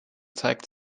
zeigt